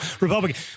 Republican